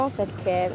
perché